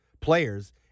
players